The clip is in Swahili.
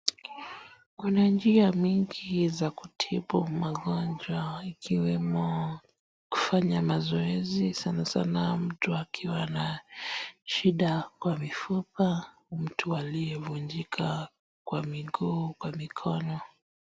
Kuna njia mingi za kutibu magonjwa ikiwemo kufanya mazoezi sana sana mtu akiwa na shida wa mifupa ama mtu aliyevunjika kwa miguu, kwa mikono.